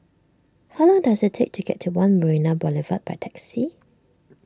how long does it take to get to one Marina Boulevard by taxi